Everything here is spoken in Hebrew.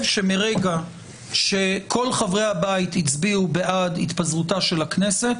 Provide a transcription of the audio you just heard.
שמרגע שכל חברי הבית הצביעו בעד התפזרותה של הכנסת,